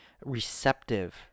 receptive